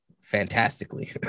fantastically